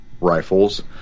rifles